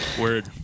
Word